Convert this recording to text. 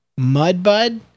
Mudbud